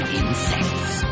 insects